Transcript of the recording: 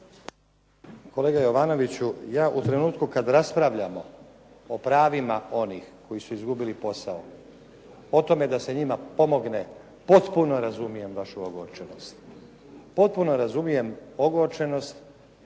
Kolega Jovanoviću, ja u trenutku kad raspravljam o pravima onih koji su izgubili posao, o tome da se njima pomogne potpuno razumijem vašu ogorčenost, potpuno razumijem ogorčenost.